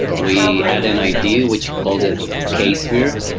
we had and idea, which called it k sphere.